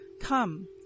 Come